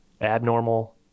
Abnormal